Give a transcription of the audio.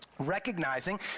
recognizing